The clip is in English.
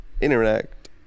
interact